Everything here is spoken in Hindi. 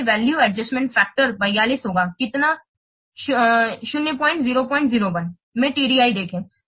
इसलिए वैल्यू एडजस्टमेंट फैक्टर42 होगा कितना शून्य पॉइंट 001 में TDI देखें